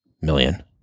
million